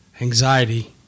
anxiety